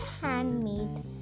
handmade